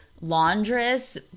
Laundress